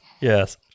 Yes